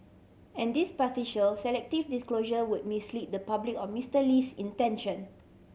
and this partial selective disclosure would mislead the public or Mister Lee's intention